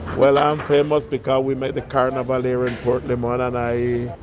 well, i'm famous because we made the carnival here in puerto limon. and i.